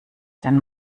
den